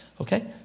Okay